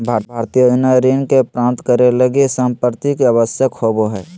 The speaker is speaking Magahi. भारतीय योजना ऋण के प्राप्तं करे लगी संपार्श्विक आवश्यक होबो हइ